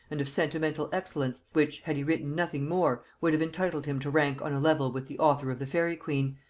and of sentimental excellence, which, had he written nothing more, would have entitled him to rank on a level with the author of the faery queen,